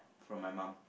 from my mum